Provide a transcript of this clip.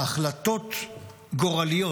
שהחלטות גורליות,